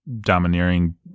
Domineering